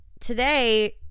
today